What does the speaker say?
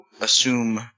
assume